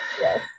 Yes